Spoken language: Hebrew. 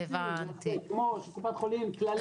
כמו שקופת חולים כללית.